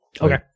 Okay